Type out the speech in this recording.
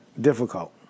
difficult